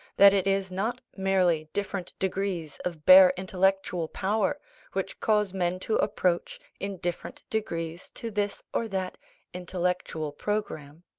that it is not merely different degrees of bare intellectual power which cause men to approach in different degrees to this or that intellectual programme.